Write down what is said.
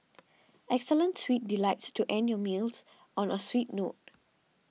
excellent sweet delights to end your meals on a sweet note